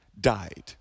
died